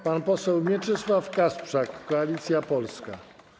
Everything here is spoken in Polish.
Pan poseł Mieczysław Kasprzak, Koalicja Polska.